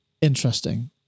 interesting